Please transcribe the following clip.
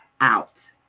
out